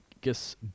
guess